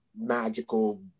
magical